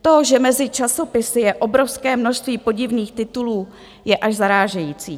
To, že mezi časopisy je obrovské množství podivných titulů, je až zarážející.